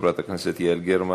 חברת הכנסת יעל גרמן,